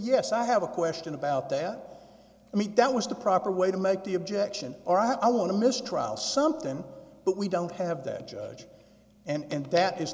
yes i have a question about that i mean that was the proper way to make the objection or i want to mistrial something but we don't have that judge and that is